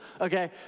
okay